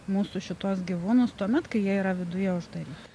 mūsų šituos gyvūnus tuomet kai jie yra viduje uždaryti